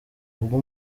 ubwo